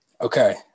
okay